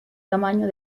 tamaño